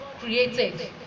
created